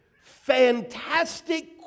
fantastic